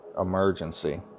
emergency